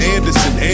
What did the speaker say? Anderson